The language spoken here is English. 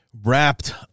wrapped